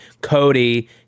Cody